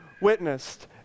witnessed